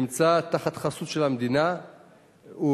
האסיר שנכנס אל בין כותלי בתי-הסוהר נמצא תחת חסות המדינה,